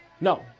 No